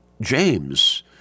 James